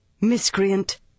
Miscreant